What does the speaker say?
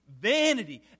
vanity